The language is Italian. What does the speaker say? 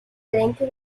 eventi